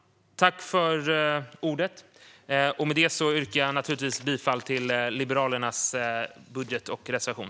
Med detta yrkar jag bifall till Liberalernas budget och reservation.